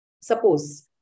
Suppose